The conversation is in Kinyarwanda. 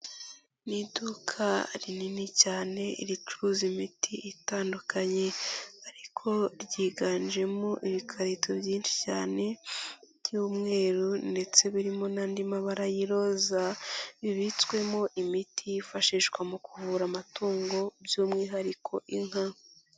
Ni iduka rinini cyane ricuruza imiti itandukanye ariko ryiganjemo ibikarito byinshi cyane by'umweru ndetse birimo n'andi mabara y'iroza, bibitswemo imiti yifashishwa mu kuvura amatungo by'umwihariko inka.